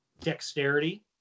dexterity